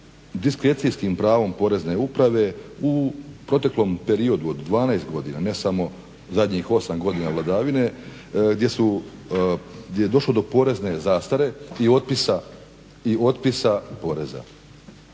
diskrecijskim pravom Porezne uprave u proteklom periodu od 12 godina ne samo zadnjih 8 godina vladavine, gdje su, gdje je došlo do porezne zastare i otpisa poreza.